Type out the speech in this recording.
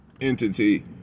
entity